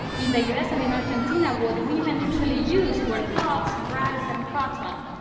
in the us and in argentina what women usually used were cloths, rags and cotton.